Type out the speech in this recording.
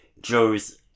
Joe's